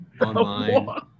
online